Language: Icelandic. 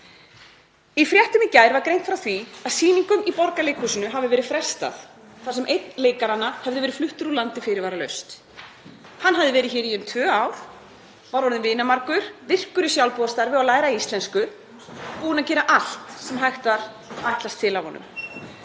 Í fréttum í gær var greint frá því að sýningu í Borgarleikhúsinu hefði verið frestað þar sem einn leikaranna hafði verið fluttur úr landi fyrirvaralaust. Hann hafði verið hér í um tvö ár, var orðinn vinamargur, virkur í sjálfboðaliðastarfi og að læra íslensku, búinn að gera allt sem hægt var að ætlast til af honum.